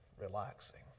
relaxing